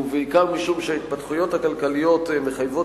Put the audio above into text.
ובעיקר משום שההתפתחויות הכלכליות מחייבות